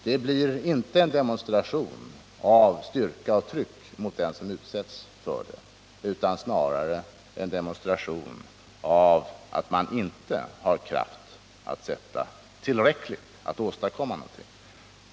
Det blir inte en demonstration av styrka och tryck mot den som utsätts för det utan snarare en demonstration av att man inte har tillräcklig kraft att sätta emot för att åstadkomma någonting.